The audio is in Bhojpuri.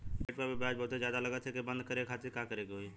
क्रेडिट कार्ड पर ब्याज बहुते ज्यादा लगत ह एके बंद करे खातिर का करे के होई?